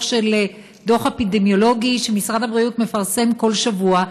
דוח אפידמיולוגי שמשרד הבריאות מפרסם כל שבוע,